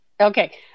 Okay